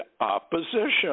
opposition